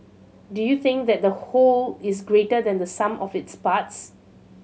do you think that the whole is greater than the sum of its parts